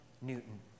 Newton